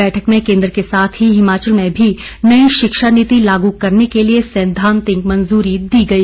बैठक में केन्द्र के साथ ही हिमाचल में भी नई शिक्षा नीति लागू करने के लिए सैद्वांतिक मंजूरी दी गई